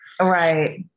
Right